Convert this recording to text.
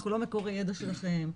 אנחנו לא מקור הידע שלכם,